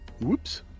Whoops